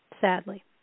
sadly